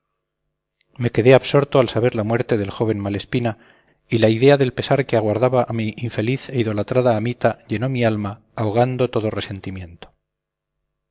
me quedé absorto al saber la muerte del joven malespina y la idea del pesar que aguardaba a mi infeliz e idolatrada amita llenó mi alma ahogando todo resentimiento